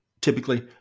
typically